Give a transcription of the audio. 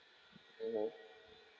mmhmm